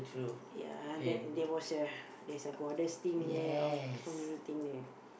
ya that that was a there's a goddess thing there all so many thing there